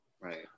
Right